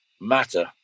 matter